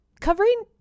covering